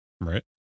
Right